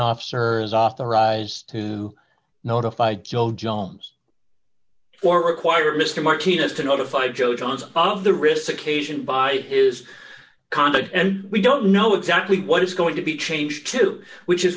officer is authorized to notify joe johns for required mr martinez to notify joe johns of the risks occasioned by his conduct and we don't know exactly what is going to be changed too which is